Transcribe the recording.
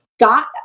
got